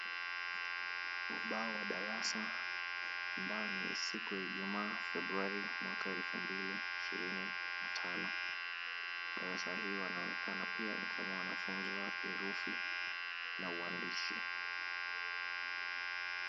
Ubao wa darasa ambao ni siku ya Ijumaa Februari mwaka wa elfu mbili ishirini na tano, darasa hili wanaonekana pia ni kama wanafunzwa herufi na uandishi.